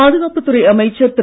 பாதுகாப்புத் துறை அமைச்சர் திரு